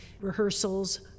rehearsals